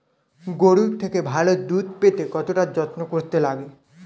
গরুর থেকে ভালো দুধ পেতে কতটা যত্ন করতে লাগে